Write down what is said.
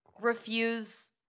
refuse –